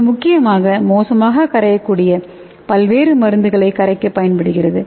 இது முக்கியமாக மோசமாக கரையக்கூடிய பல்வேறு மருந்துகளை கரைக்க பயன்படுகிறது